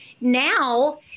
Now